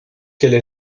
qu’elle